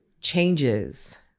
changes